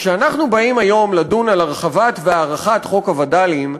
כשאנחנו באים היום לדון על הרחבת והארכת חוק הווד"לים,